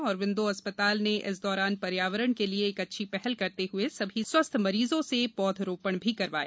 अरविंदो अस्पताल ने इस दौरान पर्यावरण के लिए एक अच्छी पहल करते हए सभी स्वस्थ मरीजों से पौधारोपण करवाया